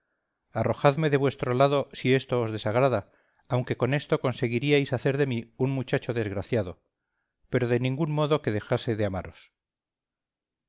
arrojadme de vuestro lado si esto os desagrada aunque con esto conseguiríais hacer de mí un muchacho desgraciado pero de ningún modo que dejase de amaros